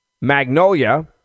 Magnolia